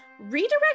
redirect